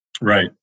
Right